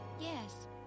Yes